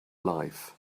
life